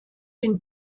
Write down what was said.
den